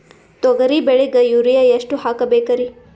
ತೊಗರಿ ಬೆಳಿಗ ಯೂರಿಯಎಷ್ಟು ಹಾಕಬೇಕರಿ?